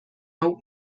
hau